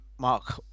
Mark